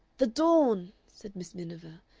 the dawn! said miss miniver,